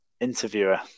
interviewer